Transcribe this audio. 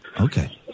Okay